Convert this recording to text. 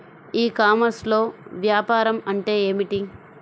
ఈ కామర్స్లో వ్యాపారం అంటే ఏమిటి?